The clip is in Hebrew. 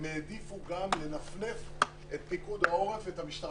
הם העדיפו לנפנף את פיקוד העורף ואת המשטרה.